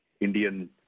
Indian